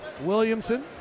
Williamson